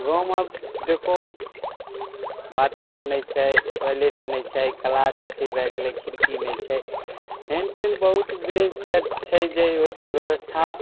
गाँवमे देखहो बाथरूम नहि छै टॉयलेट नहि छै कलास अथी भए गेलै खिड़की नहि छै मेंटेन बहुत छै जे जैसे ओइसन बेबस्था